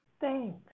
thanks